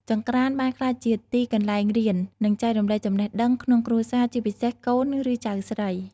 ចង្ក្រានបាយក្លាយជាទីកន្លែងរៀន និងចែករំលែកចំណេះដឹងក្នុងគ្រួសារ ជាពិសេសកូន ឬចៅស្រី។